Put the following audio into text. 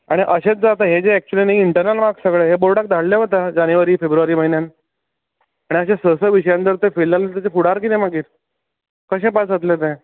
आनी अशेंच जर आता आनी हे जे एकच्यूली न्ही इंटरनल मार्क्स सगळें हें बोर्डाक धाडलें वता जानेवारी फेब्रुवारी म्हयन्यांत आनी अशें स स विशयांनी जर तें फेल जाले जाल्यार ताचें फुडार कितें मागीर कशें पास जातले ते